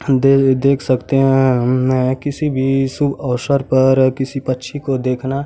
दे देख सकते हैं उनमें है किसी भी शुभ अवसर पर किसी पक्षी को देखना